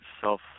self